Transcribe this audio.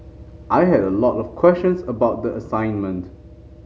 I had a lot of questions about the assignment